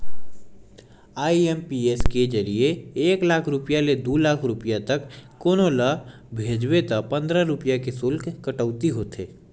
IMPS के जरिए एक लाख रूपिया ले दू लाख रूपिया तक कोनो ल भेजबे त पंद्रह रूपिया के सुल्क कटउती होथे